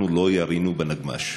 אנחנו לא ירינו בנגמ"ש.